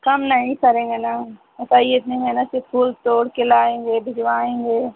कम नहीं करेंगे ना बताइए इतने मेहनत से फूल तोड़ के लाएँगे भिजवाएँगे